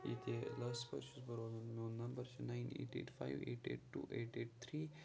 ییٚتہِ لاسہِ پورِ چھُس بہٕ روزان میون نَمبَر چھُ nine eight eight five eight eight two eight eight three